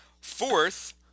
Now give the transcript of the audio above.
Fourth